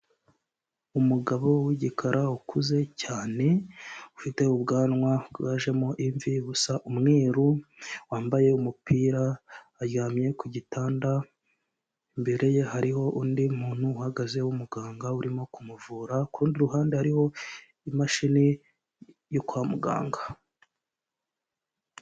Umugabo w'igikara ukuze cyane, ufite ubwanwa bwajemo imvi busa umweru, wambaye umupira, aryamye ku gitanda, imbere ye hariho undi muntu uhagaze w'umuganga urimo kumuvura, kurundi ruhande hariho imashini yo kwa muganga.